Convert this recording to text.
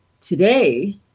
today